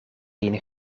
een